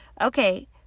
okay